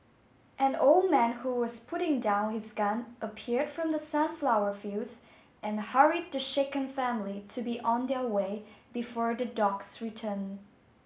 an old man who was putting down his gun appeared from the sunflower fields and hurried the shaken family to be on their way before the dogs return